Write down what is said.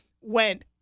went